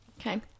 Okay